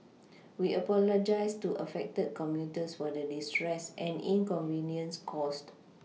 we apologise to affected commuters for the distress and inconvenience caused